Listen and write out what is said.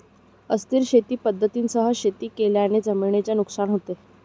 अस्थिर शेती पद्धतींसह शेती केल्याने जमिनीचे नुकसान होते